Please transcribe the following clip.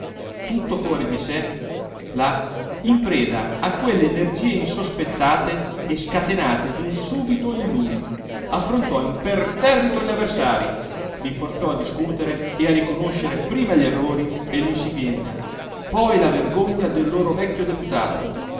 tutto fuori di sé là in preda a quelle energie insospettate e scatenate dun subito in lui affrontò imperterrito gli avversarii li forzò a discutere e a riconoscere prima gli errori e linsipienza poi la vergogna del loro vecchio deputato